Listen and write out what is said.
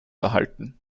erhalten